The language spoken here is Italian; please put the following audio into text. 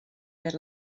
per